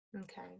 Okay